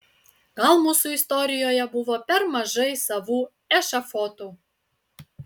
gal mūsų istorijoje buvo per mažai savų ešafotų